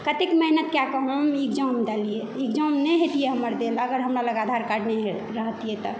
कतेक मेहनत कऽ कऽ हम एग्जाम देलियै एग्जाम नहि हेतियै हमर देल अगर हमरा लग आधारकार्ड नहि रहतियै तऽ